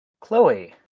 Chloe